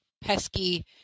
pesky